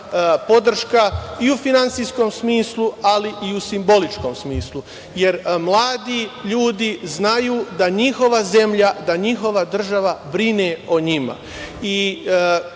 podrška, i u finansijskom smislu, ali i u simboličkom smislu. Jer, mladi ljudi znaju da njihova zemlja, da njihova država brine o njima. Možemo